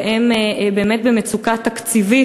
והם באמת במצוקת תקציב,